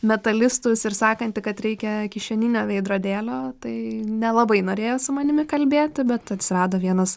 metalistus ir sakanti kad reikia kišeninio veidrodėlio tai nelabai norėjo su manimi kalbėti bet atsirado vienas